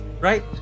right